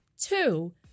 Two